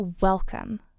welcome